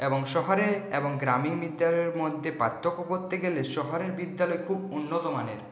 এবং শহরে এবং গ্রামীণ বিদ্যালয়ের মধ্যে পার্থক্য করতে গেলে শহরের বিদ্যালয় খুব উন্নতমানের